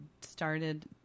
started